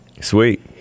Sweet